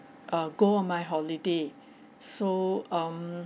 uh go on my holiday so um